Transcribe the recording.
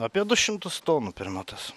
apie du šimtus tonų per metus